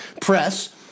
Press